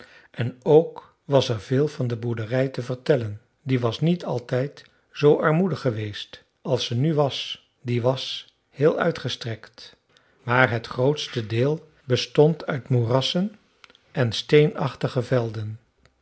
en ook was er veel van de boerderij te vertellen die was niet altijd zoo armoedig geweest als ze nu was die was heel uitgestrekt maar het grootste deel bestond uit moerassen en steenachtige velden